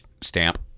stamp